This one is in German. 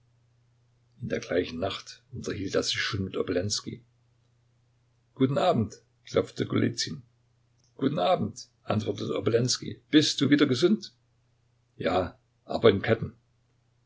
in der gleichen nacht unterhielt er sich schon mit obolenskij guten abend klopfte golizyn guten abend antwortete obolenskij bist du wieder gesund ja aber in ketten